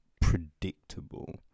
predictable